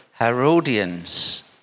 Herodians